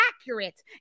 accurate